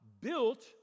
built